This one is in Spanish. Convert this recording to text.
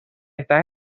esta